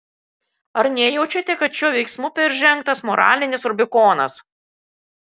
ar nejaučiate kad šiuo veiksmu peržengtas moralinis rubikonas